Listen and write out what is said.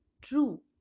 true